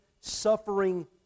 suffering